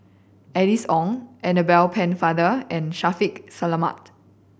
Alice Ong Annabel Pennefather and Shaffiq Selamat